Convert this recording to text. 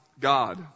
God